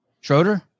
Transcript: Schroeder